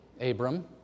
Abram